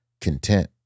content